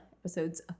episodes